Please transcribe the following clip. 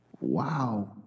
wow